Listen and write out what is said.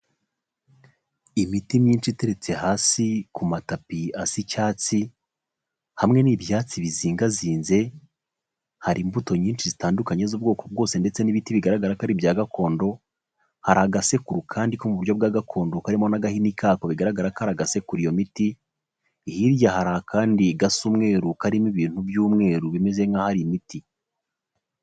Imiti myinshi iteretse hasi ku matapi asa icyatsi, hamwe n'ibyatsi bizingazinze, hari imbuto nyinshi zitandukanye z'ubwoko bwose ndetse n'ibiti bigaragara ko ari ibya gakondo, hari agasekuru kandi ko mu buryo bwa gakondo karimo n'ahini kako, bigaragara ko ari agasekura iyo miti, hirya hari akandi gasa umweru karimo ibintu byumweru bimeze nkaho ari imiti.